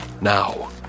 now